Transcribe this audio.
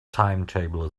timetable